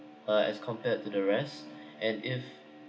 uh as compared to the rest and if